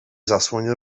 zasłoń